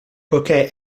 poiché